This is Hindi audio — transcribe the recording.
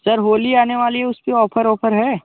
सर होली आने वाली है उस पर कुछ ऑफर ऑफर है